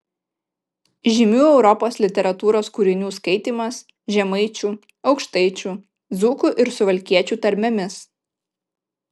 žymių europos literatūros kūrinių skaitymas žemaičių aukštaičių dzūkų ir suvalkiečių tarmėmis